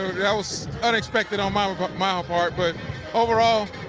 that was unexpected on my um but my ah part. but overall,